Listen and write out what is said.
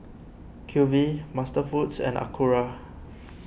Q V MasterFoods and Acura